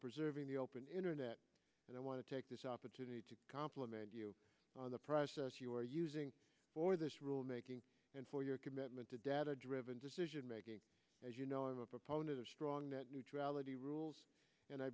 preserving the open internet and i want to take this opportunity to compliment you on the process you are using for this rulemaking and for your commitment to data driven decision making as you know i'm a proponent of strong net neutrality rules and i